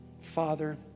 Father